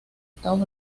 estados